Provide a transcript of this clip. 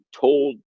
told